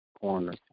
Corner